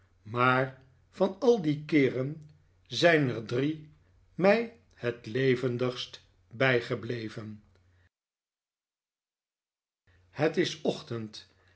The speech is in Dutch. maar van al die keeren zijn er drie mij het levendigst bijgebleven het is ochtend